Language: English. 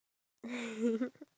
toys